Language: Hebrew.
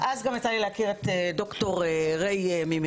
אז גם יצא לי להכיר את ד"ר ריי מ"מרשם",